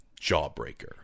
Jawbreaker